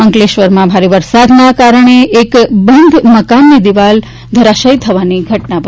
અંકલેશ્વરમાં ભારે વરસાદના કારણે એક બંધ મકાનની દિવાલ ધરાશથી થવાની ઘટાના બની હતી